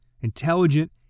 intelligent